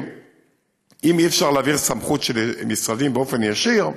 אם אי-אפשר להעביר סמכות של משרדים באופן ישיר,